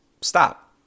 stop